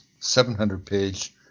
700-page